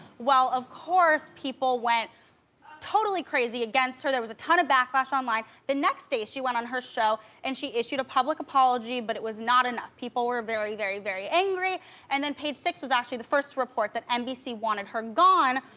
well of course people went totally crazy against her, there was a ton of backlash online. the next day, she went on her show and she issued a public apology, but it was not enough. people were very very very angry and then page six was actually the first to report that nbc wanted her gone,